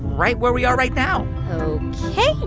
right where we are right now ok,